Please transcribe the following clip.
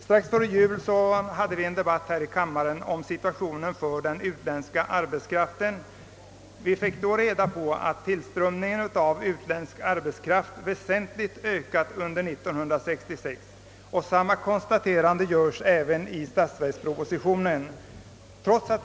Strax före jul hade vi en debatt i kammaren om situationen för den utländska arbetskraften. Det sades därvid att tillströmningen av utländsk arbetskraft väsentligt ökat under 1966. Samma konstaterande göres även i statsverkspropositionen.